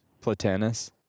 Platanus